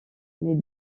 mais